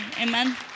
Amen